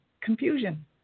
confusion